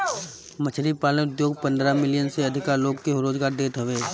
मछरी पालन उद्योग पन्द्रह मिलियन से अधिका लोग के रोजगार देत हवे